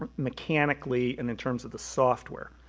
mechanically and in terms of the software.